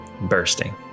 Bursting